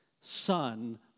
son